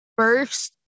First